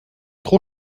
trop